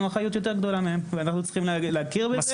אחריות יותר גדולה מהם ואנחנו צריכים להכיר בזה.